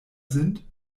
sind